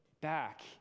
back